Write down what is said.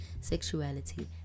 sexuality